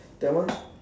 that one